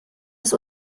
das